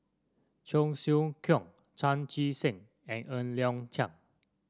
Cheong Siew Keong Chan Chee Seng and Ng Liang Chiang